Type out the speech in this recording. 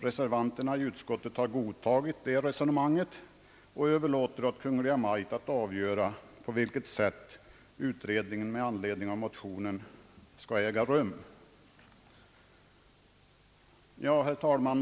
Reservanterna i utskottet har godtagit det resonemanget och överlåter åt Kungl. Maj:t att avgöra på vilket sätt utredningen med anledning av motionen skall bedrivas. Herr talman!